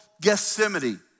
Gethsemane